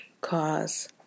cause